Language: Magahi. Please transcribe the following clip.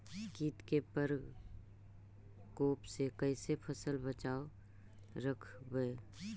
कीट के परकोप से कैसे फसल बचाब रखबय?